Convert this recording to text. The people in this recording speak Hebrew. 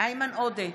איימן עודה,